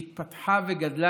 שהתפתחה וגדלה,